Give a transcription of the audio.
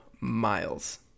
Miles